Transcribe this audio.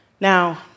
Now